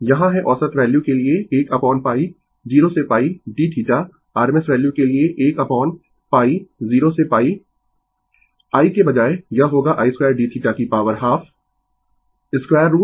यहाँ है औसत वैल्यू के लिए 1 अपोन π 0 से π dθ RMS वैल्यू के लिए 1 अपोन π 0 से πI i के बजाय यह होगा i2dθ की पॉवर हाफ 2रूट